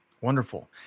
Wonderful